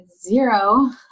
zero